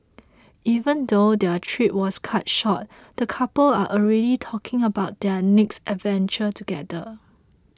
even though their trip was cut short the couple are already talking about their next adventure together